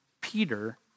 Peter